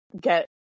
get